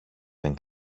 δεν